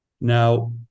Now